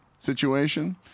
situation